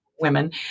women